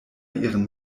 ihren